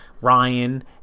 Ryan